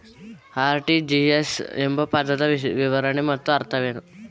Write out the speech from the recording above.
RTGS ಎಂಬ ಪದದ ವಿವರಣೆ ಮತ್ತು ಅರ್ಥವೇನು?